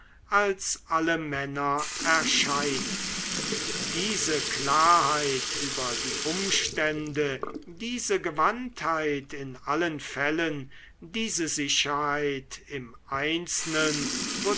als alle männer erscheinen diese klarheit über die umstände diese gewandtheit in allen fällen diese sicherheit im einzelnen